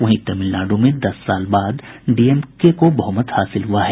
वहीं तमिलनाडु में दस साल बाद डीएमके को बहुमत हासिल हुआ है